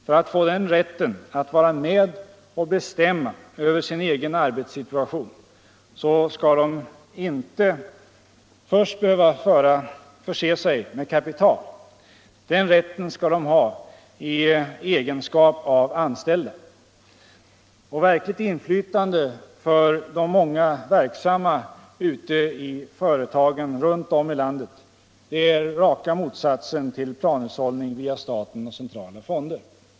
För att få den rätten att vara med och bestämma över sin egen arbetssituation skall de inte först behöva förse sig med kapital — den rätten skall de ha i egenskap av anställda. Och verkligt inflytande för de många verksamma ute i företagen runt om i landet, det är raka motsatsen till planhushållning via staten och centrala fonder.